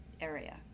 area